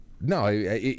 No